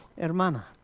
hermana